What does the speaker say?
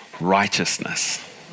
righteousness